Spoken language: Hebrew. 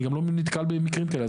אני גם לא נתקל במקרים כאלה.